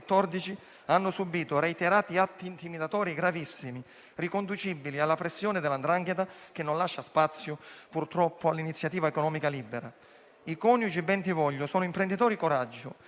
hanno subito reiterati atti intimidatori gravissimi, riconducibili alla pressione della 'ndrangheta, che purtroppo non lascia spazio all'iniziativa economica libera. I coniugi Bentivoglio sono imprenditori coraggio,